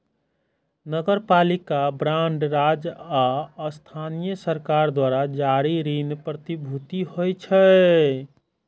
नगरपालिका बांड राज्य आ स्थानीय सरकार द्वारा जारी ऋण प्रतिभूति होइ छै